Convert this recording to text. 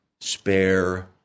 spare